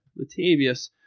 Latavius